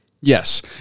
yes